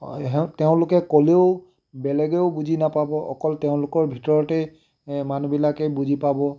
ইহঁত তেওঁলোকে ক'লেও বেলেগেও বুজি নাপাব অকল তেওঁলোকৰ ভিতৰতে মানুহবিলাকে বুজি পাব